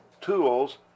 tools